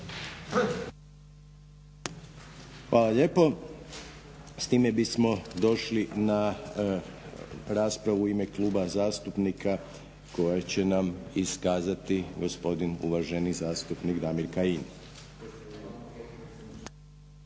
Hvala lijepo. S time bismo došli na raspravu u ime kluba zastupnika koja će nam iskazati gospodin uvaženi zastupnik Damir Kajin.